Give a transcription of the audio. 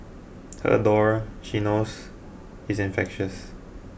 her ardour she knows is infectious